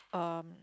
um